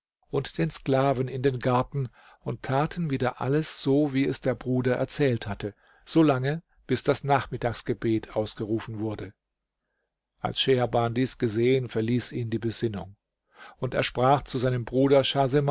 und den sklaven in den garten und taten wieder alles so wie es der bruder erzählt hatte so lange bis das nachmittagsgebet ausgerufen wurde als scheherban dies gesehen verließ ihn die besinnung und er sprach zu seinem bruder